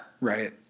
Right